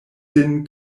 sin